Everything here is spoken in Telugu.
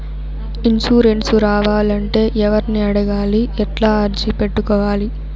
ఇన్సూరెన్సు రావాలంటే ఎవర్ని అడగాలి? ఎట్లా అర్జీ పెట్టుకోవాలి?